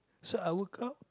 so I woke up